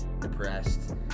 depressed